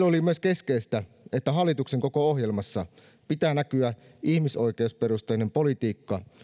oli myös keskeistä että hallituksen koko ohjelmassa pitää näkyä ihmisoikeusperusteinen politiikka